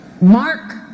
Mark